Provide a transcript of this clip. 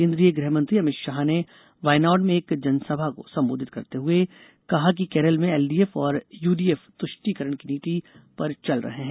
केंद्रीय गृह मंत्री अमित शाह ने वायनाड में एक जनसभा को संबोधित करते हुए कहा कि केरल में एलडीएफ और यूडीएफ तुष्टिकरण की नीति पर चल रहे है